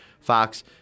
Fox